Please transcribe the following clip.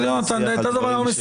אבל יונתן אנחנו לא פה,